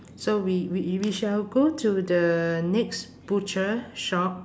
so we we we shall go to the next butcher shop